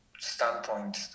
standpoint